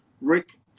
rick